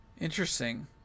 Interesting